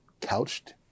couched